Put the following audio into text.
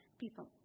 people